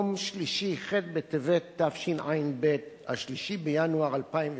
שביום שלישי, ח' בטבת התשע"ב, 3 בינואר 2012,